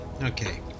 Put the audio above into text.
okay